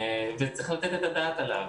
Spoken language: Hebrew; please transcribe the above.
וצריך לתת את הדעת עליו.